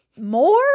More